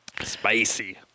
Spicy